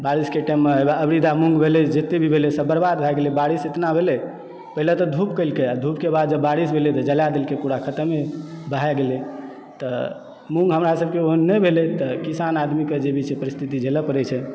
बारिशके टाइममे अबरी दा मूँग भेलय जतय भी भेलय सब बर्बाद भए गेलय बारिश एतना भेलय पहिले तऽ धूप केलकय धूपके बाद जब बारिश भेलय तऽ जला देलकय पूरा खतमे भए गेलय तऽ मूँग हमरा सभकेँ ओहन नहि भेलय तऽ किसान आदमीक जे भी छै परिस्थिति झेलय पड़ैत छै